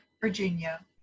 Virginia